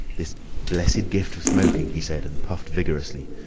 this blessed gift of smoking! he said, and puffed vigorously.